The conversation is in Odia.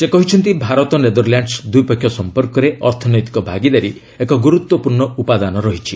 ସେ କହିଛନ୍ତି ଭାରତ ନେଦରଲ୍ୟାଣ୍ଡ୍ସ ଦ୍ୱିପକ୍ଷୀୟ ସମ୍ପର୍କରେ ଅର୍ଥନୈତିକ ଭାଗିଦାରୀ ଏକ ଗୁରୁତ୍ୱପୂର୍ଣ୍ଣ ଉପାଦାନ ରହିଛି